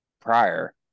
prior